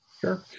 sure